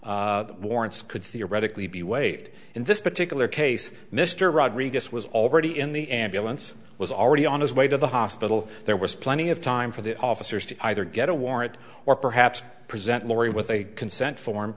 warrants could theoretically be waived in this particular case mr rodriguez was already in the ambulance was already on his way to the hospital there was plenty of time for the officers to either get a warrant or perhaps present laurie with a consent form